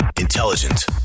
Intelligent